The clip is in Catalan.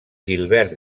gilbert